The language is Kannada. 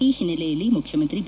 ಈ ಹಿನ್ನೆಲೆಯಲ್ಲಿ ಮುಖ್ಚಮಂತ್ರಿ ಬಿ